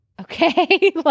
Okay